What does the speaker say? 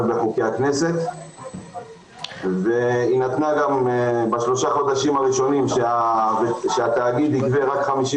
בחוקי הכנסת ואמר שבשלושת החודשים הראשונים התאגיד יגבה רק 50